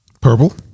purple